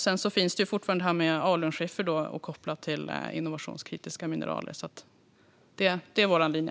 Sedan finns fortfarande det här med alunskiffer kopplat till innovationskritiska mineraler. Det är alltså vår linje.